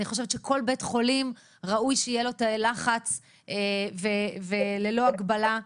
אני חושבת שכל בית חולים ראוי שיהיו לו תאי לחץ ללא הגבלה.